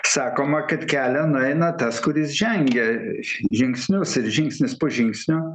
sakoma kad kelią nueina tas kuris žengia žingsnius ir žingsnis po žingsnio